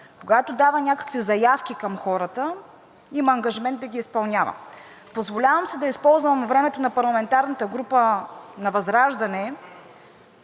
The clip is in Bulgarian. когато дава някакви заявки към хората, има ангажимент да ги изпълнява. Позволявам си да използвам времето на парламентарната група на ВЪЗРАЖДАНЕ,